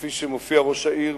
כפי שמופיע ראש העיר,